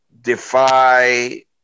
defy